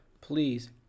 Please